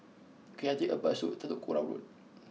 can I take a bus to Telok Kurau Road